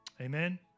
Amen